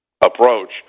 approach